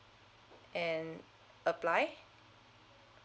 and apply